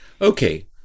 Okay